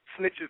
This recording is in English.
Snitches